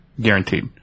guaranteed